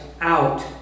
out